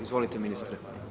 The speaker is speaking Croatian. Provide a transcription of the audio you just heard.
Izvolite ministre.